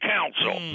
Council